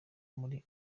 muri